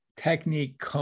Technique